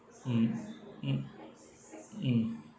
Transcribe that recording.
mm mm mm